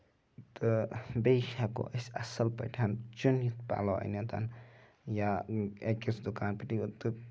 تہٕ بیٚیہِ ہیٚکو أسۍ اَصٕل پٲٹھۍ چُنِتھ پَلو أنِتھ یا أکِس دُکان پٮ۪ٹھ یوٚت تہٕ